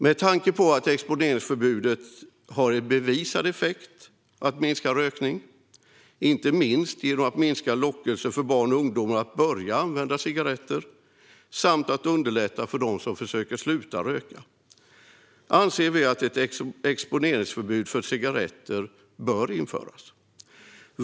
Med tanke på exponeringsförbudets bevisade effekt när det gäller att minska rökning, inte minst genom att minska lockelsen för barn och ungdomar att börja använda cigaretter samt att underlätta för dem som försöker sluta röka, anser vi att ett exponeringsförbud för cigaretter bör införas.